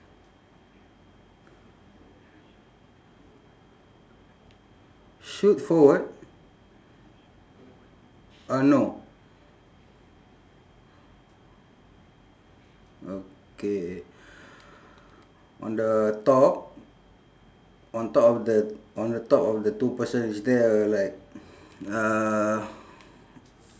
shoot forward uh no okay on the top on top of the on the top of the two person is there a like uh